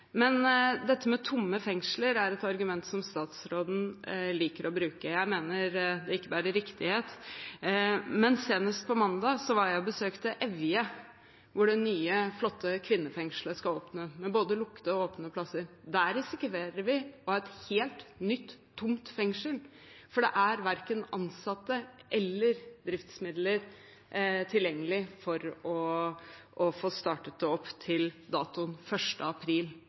med tomme fengsler er et argument som statsråden liker å bruke. Jeg mener det ikke medfører riktighet. Senest på mandag var jeg og besøkte Evje, hvor det nye, flotte kvinnefengselet skal åpne, med både lukkede og åpne plasser. Der risikerer vi å ha et helt nytt, tomt fengsel, for det er verken ansatte eller driftsmidler tilgjengelig for å få startet opp til datoen 1. april.